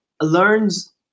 learns